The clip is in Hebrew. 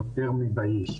יותר מבאיש",